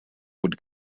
would